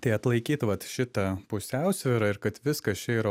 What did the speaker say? tai atlaikyt vat šitą pusiausvyrą ir kad viskas čia yra